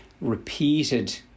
repeated